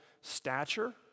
stature